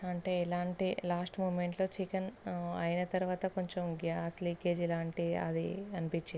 అంటే ఎలా అంటే లాస్ట్ మూమెంట్లో చికెన్ అయిన తర్వాత కొంచెం గ్యాస్ లీకేజ్ ఇలాంటి అది అనిపించింది